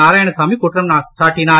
நாராயணசாமி குற்றம் சாட்டினார்